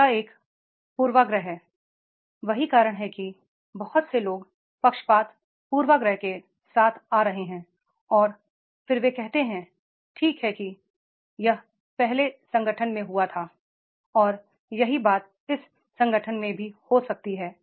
अगला एक पूर्वाग्रह है यही कारण है कि बहुत से लोग पक्षपात पूर्वाग्रह के साथ आ रहे हैं और फिर वे कहते हैं ठीक है कि यह पिछले संगठन में हुआ है और यही बात इस संगठन में भी हो सकती है